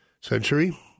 century